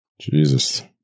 Jesus